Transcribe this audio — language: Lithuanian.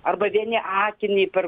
arba vieni akiniai per